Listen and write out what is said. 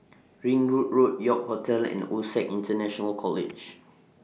Ring Road Road York Hotel and OSAC International College